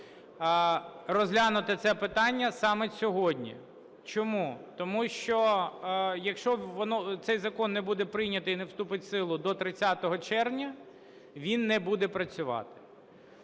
Розглянути це питання саме сьогодні. Чому? Тому що, якщо цей закон не буде прийнятий і не вступить в силу до 30 червня, він не буде працювати.